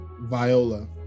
viola